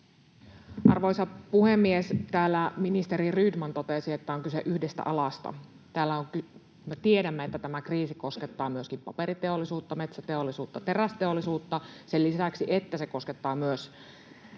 Arvoisa puhemies! Täällä ministeri Rydman totesi, että on kyse yhdestä alasta. Me tiedämme, että tämä kriisi koskettaa myöskin paperiteollisuutta, metsäteollisuutta ja terästeollisuutta sen lisäksi, että se koskettaa myös